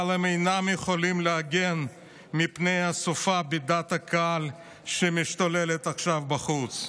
אבל הם אינם יכולים להגן מפני הסופה בדעת הקהל שמשתוללת עכשיו בחוץ.